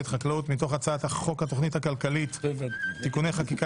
(חקלאות) מתוך הצעת חוק התכנית הכלכלית (תיקוני חקיקה